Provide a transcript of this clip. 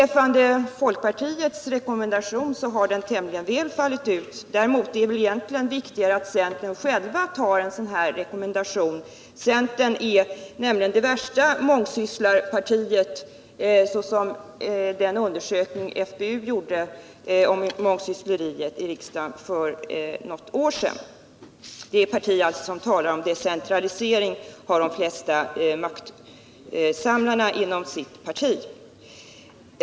Folkpartiets rekommendation har fallit ut tämligen väl. Däremot är det väl egentligen viktigare att centern antar en sådan här rekommendation. Centern är nämligen det värsta mångsysslarpartiet enligt den undersökning FPU gjorde om mångsyssleriet i riksdagen för något år sedan. Det parti som talar om decentralisering har alltså de flesta maktsamlarna inom sitt parti.